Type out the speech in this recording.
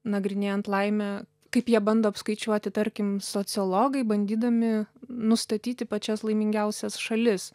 nagrinėjant laimę kaip jie bando apskaičiuoti tarkim sociologai bandydami nustatyti pačias laimingiausias šalis